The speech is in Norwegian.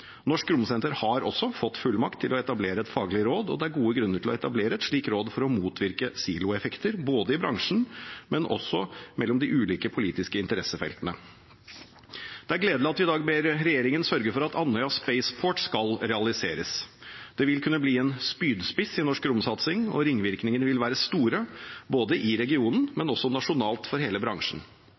Norsk Romsenter har også fått fullmakt til å etablere et faglig råd. Det er gode grunner til å etablere et slikt råd for å motvirke siloeffekter i bransjen, men også mellom de ulike politiske interessefeltene. Det er gledelig at vi i dag ber regjeringen sørge for at Andøya Spaceport skal realiseres. Det vil kunne bli en spydspiss i norsk romsatsing, og ringvirkningene vil være store både i regionen og også nasjonalt for hele bransjen.